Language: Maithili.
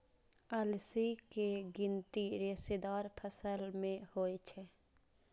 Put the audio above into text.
अलसी के गिनती रेशेदार फसल मे होइ छै